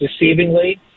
deceivingly